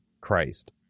Christ